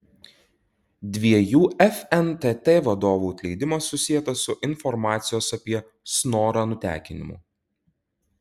dviejų fntt vadovų atleidimas susietas su informacijos apie snorą nutekinimu